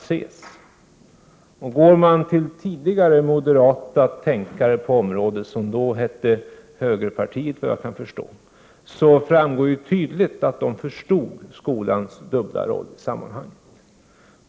Om man går till tidigare tänkare på området från det moderata samlingspartiet, som då hette högerpartiet, framgår tydligt att de förstod skolans dubbla roll i sammanhanget.